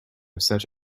such